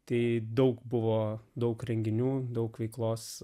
tai daug buvo daug renginių daug veiklos